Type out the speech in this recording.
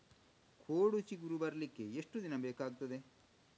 ಕೋಡು ಚಿಗುರು ಬರ್ಲಿಕ್ಕೆ ಎಷ್ಟು ದಿನ ಬೇಕಗ್ತಾದೆ?